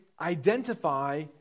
identify